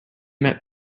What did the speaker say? met